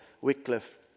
Wycliffe